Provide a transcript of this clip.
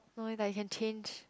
no if I can change